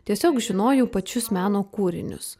tiesiog žinojau pačius meno kūrinius